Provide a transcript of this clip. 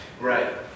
Right